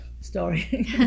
story